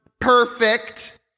perfect